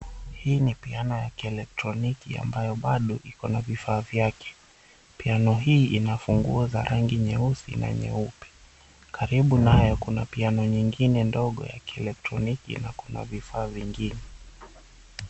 Hii ni piano ya kielektroniki ambayo bado ikona vifaa vyake. Piano hii ina funguo za rangi nyeusi na nyeupe m karibu nayo kuna piano nyingine ndogo ya kielektroniki na kuna vifaa vingine.